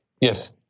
Yes